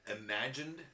imagined